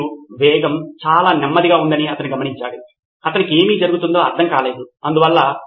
కాబట్టి మీకు ఒకే ఒక్క సమాచారము ఉంది ఇందులో విద్యార్థి 'n' సంఖ్య స్థలాలకు వెళ్లవలసిన అవసరం లేదు లేదా 'n' సంఖ్య సమాచారమును చూడరు